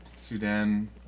Sudan